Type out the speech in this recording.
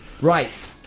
Right